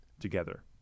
together